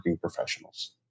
Professionals